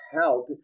health